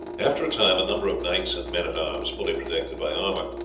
after a time a number of knights and men-at-arms, fully protected by armour,